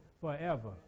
forever